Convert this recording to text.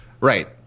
Right